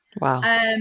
Wow